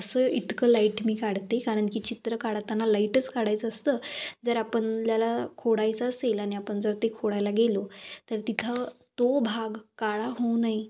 असं इतकं लाईट मी काढते कारण की चित्र काढताना लाईटच काढायचं असतं जर आपल्याला खोडायचं असेल आणि आपण जर ते खोडायला गेलो तर तिथं तो भाग काळा होऊ नये